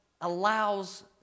Allows